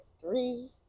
three